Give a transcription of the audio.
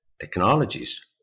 technologies